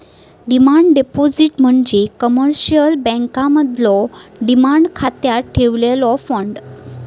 demand deposit म्हणजे commercial बँकांमधलो demand खात्यात ठेवलेलो फंड